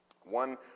One